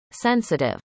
sensitive